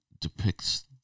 depicts